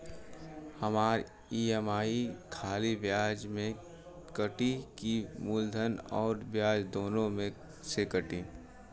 हमार ई.एम.आई खाली ब्याज में कती की मूलधन अउर ब्याज दोनों में से कटी?